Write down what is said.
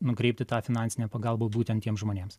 nukreipti tą finansinę pagalbą būtent tiems žmonėms